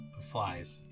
flies